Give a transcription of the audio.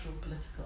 political